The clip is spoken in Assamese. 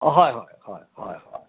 অঁ হয় হয় হয় হয়